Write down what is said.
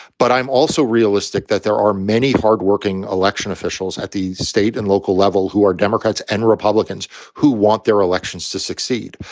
but i'm also realistic that there are many hardworking election officials at the state and local level who are democrats and republicans who want their elections to succeed.